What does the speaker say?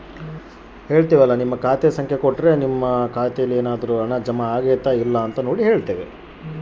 ನನ್ನ ಖಾತೆಯಲ್ಲಿ ನಿನ್ನೆ ಏನಾದರೂ ಹಣ ಜಮಾ ಆಗೈತಾ ಅಂತ ನೋಡಿ ಹೇಳ್ತೇರಾ?